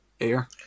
air